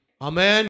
Amen